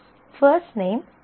first name ஒரு unique ஆனது